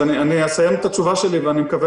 אסיים את התשובה שלי ואני מקווה